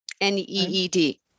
N-E-E-D